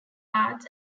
arts